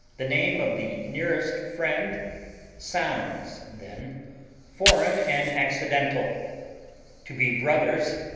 the name of the nearest friend sounds then foreign and accidental to be brothers,